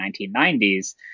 1990s